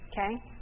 okay